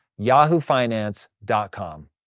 yahoofinance.com